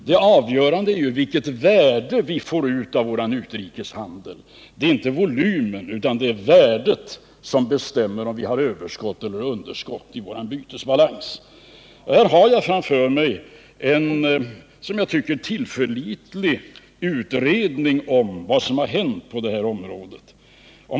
Det avgörande är ju vilket värde vi får ut av vår utrikeshandel inte volymen. Det är värdet som bestämmer om vi har överskott eller underskott i vår bytesbalans. Jag har här framför mig en, som jag tycker, tillförlitlig utredning om vad som har hänt på det här området.